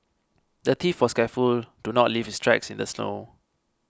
the thief was careful to not leave his tracks in the snow